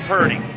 Purdy